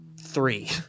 three